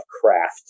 craft